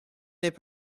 n’est